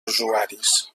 usuaris